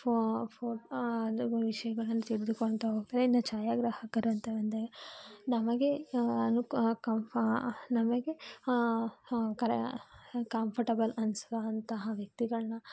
ಫೋ ಫೋ ಅದು ವಿಷಯಗಳನ್ನು ತಿಳಿದುಕೊಳ್ತಾ ಹೋಗ್ತಾರೆ ಇನ್ನು ಛಾಯಾಗ್ರಾಹಕರು ಅಂತ ಬಂದರೆ ನಮಗೆ ಅನುಕಂಪ ನಮಗೆ ಕರೆ ಕಂಫರ್ಟಬಲ್ ಅನ್ನಿಸುವಂತಹ ವ್ಯಕ್ತಿಗಳನ್ನ